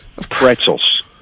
Pretzels